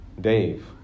Dave